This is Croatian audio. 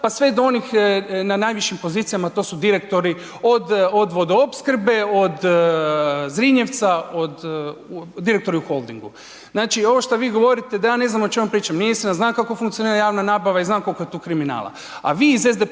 pa sve do onih na najvišim pozicijama, to su direktori od vodoopskrbe, od Zrinjevca, direktori u Holdingu. Znači ovo što vi govorite da ja ne znam o čemu pričam, nije istina, znam kako funkcionira javna nabava i znam koliko je tu kriminala.